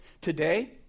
today